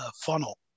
funnel